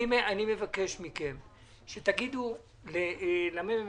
אני חייב לומר,